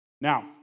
Now